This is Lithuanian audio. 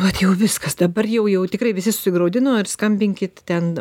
vat jau viskas dabar jau jau tikrai visi susigraudino ir skambinkit ten